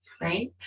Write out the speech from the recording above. right